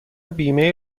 بیمه